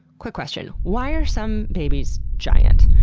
quick question why are some babies giant?